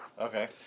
Okay